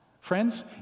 Friends